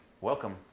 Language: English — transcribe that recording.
welcome